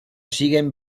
siguen